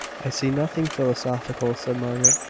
i see nothing philosophical, said margaret,